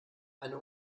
eine